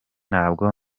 nubwo